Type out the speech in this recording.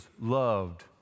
loved